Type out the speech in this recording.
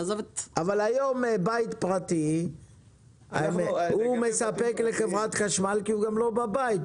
ונעזוב את --- אבל היום בית פרטי מספק לחברת חשמל כי הוא גם לא בבית,